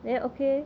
then okay